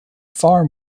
far